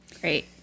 great